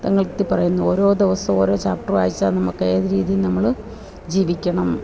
ത്തില് പറയുന്നത് ഓരോ ദിവസവും ഓരോ ചാപ്റ്റര് വായിച്ചാൽ നമുക്ക് ഏതുരീതിയില് നമ്മൾ ജീവിക്കണം